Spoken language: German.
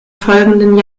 folgenden